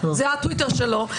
זה הטוויטר שלו,